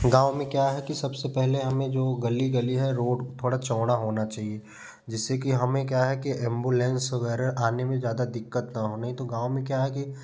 गाँव मे क्या है कि सबसे पहले हमें जो गली गली है रोड थोड़ा चौड़ा होना चाहिए जिससे कि हमे क्या है कि एम्बुलेंस वगैरह आने में ज़्यादा दिक्कत ना हो नहीं गाँव मे क्या है कि